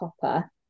copper